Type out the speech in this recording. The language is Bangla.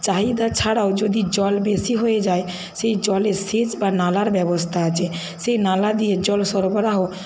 চাহিদা ছাড়াও যদি জল বেশি হয়ে যায় সেই জলে সেচ বা নালার ব্যবস্থা আছে সেই নালা দিয়ে জল সরবরাহ